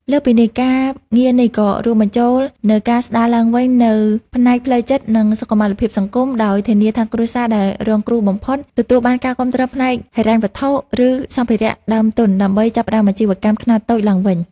លើសពីនេះ ការងារនេះក៏រួមបញ្ចូលនូវការស្តារឡើងវិញនូវផ្នែកផ្លូវចិត្ត និងសុខុមាលភាពសង្គម ដោយធានាថាគ្រួសារដែលរងគ្រោះបំផុតទទួលបានការគាំទ្រផ្នែកហិរញ្ញវត្ថុ ឬសម្ភារៈដើមទុនដើម្បីចាប់ផ្តើមអាជីវកម្មខ្នាតតូចឡើងវិញ។